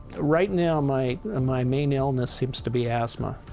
right now, my my main illness seems to be asthma,